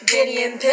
Gideon